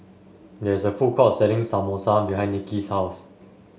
there is a food court selling Samosa behind Nicki's house